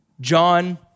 John